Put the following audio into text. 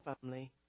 family